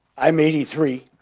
i'm eighty three,